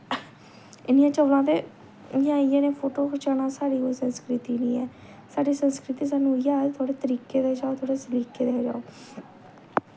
इन्नियां चवलां ते इयां इ'यै नेह् फोटो खचाना साढ़ी कोई संस्कृति नी ऐ साढ़ी संस्कृति सानू इ'यै आखदे थोह्ड़े तरीके दे जां थोह्ड़े सलीके दे खचाओ